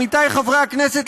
עמיתיי חברי הכנסת,